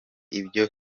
ibyo